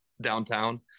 downtown